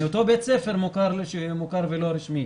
מאותו בית ספר מוכר ולא רשמי.